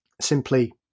simply